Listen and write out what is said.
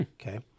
Okay